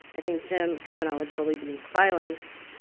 i think jim cavanaugh would totally be silenced,